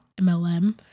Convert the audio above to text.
MLM